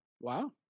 Wow